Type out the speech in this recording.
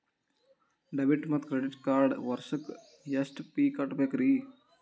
Debit ಮತ್ತು credit ಕಾರ್ಡ್ಗೆ ವರ್ಷಕ್ಕ ಎಷ್ಟ ಫೇ ಕಟ್ಟಬೇಕ್ರಿ?